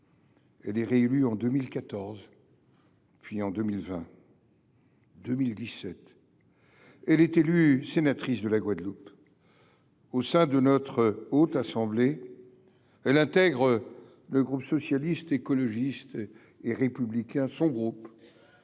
Elle est réélue en 2014 et en 2020. En 2017, elle est élue sénatrice de la Guadeloupe. Au sein de notre Haute Assemblée, elle intègre le groupe Socialiste, Écologiste et Républicain – son groupe